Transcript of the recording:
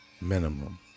minimum